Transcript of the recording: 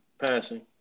passing